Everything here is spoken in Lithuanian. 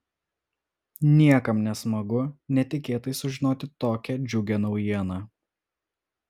niekam nesmagu netikėtai sužinoti tokią džiugią naujieną